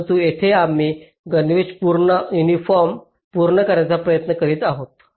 परंतु येथे आम्ही गणवेश पूर्ण करण्याचा प्रयत्न करीत आहोत